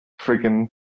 freaking